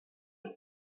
and